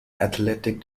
athletic